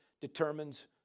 determines